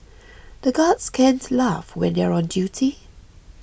the guards can't laugh when they are on duty